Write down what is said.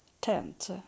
tent